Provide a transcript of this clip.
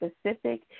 specific